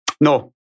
No